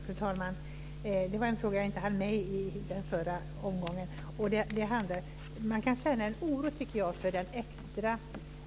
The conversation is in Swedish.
Fru talman! Det var en fråga jag inte hann med i den förra omgången. Jag tycker att man kan känna en oro för den extra